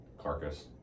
Carcass